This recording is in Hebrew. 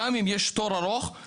גם אם יש תור ארוך,